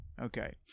Okay